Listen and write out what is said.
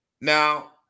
Now